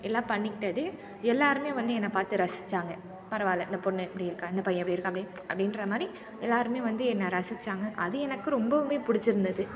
எல்லாம் பண்ணிக்கிட்டது எல்லாருமே வந்து என்ன பார்த்து ரசிச்சாங்க பரவாயில்லை இந்த பொண்ணு இப்படி இருக்காள் இந்த பையன் இப்படி இருக்கான் அப்படி அப்படின்ற மாதிரி எல்லாருமே வந்து என்னை ரசிச்சாங்க அது எனக்கு ரொம்பவுமே பிடிச்சிருந்தது